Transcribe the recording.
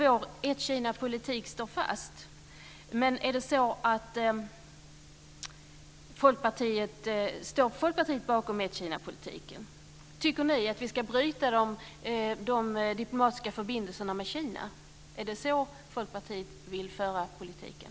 Vår ett-Kina-politik står fast, men står Folkpartiet bakom ett-Kina-politiken? Tycker ni att vi ska bryta de diplomatiska förbindelserna med Kina? Är det så Folkpartiet vill föra politiken?